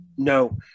No